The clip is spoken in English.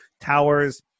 towers